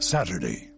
Saturday